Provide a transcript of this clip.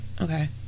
okay